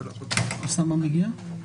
ברוך הבא.